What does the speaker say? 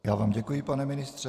Já vám děkuji, pane ministře.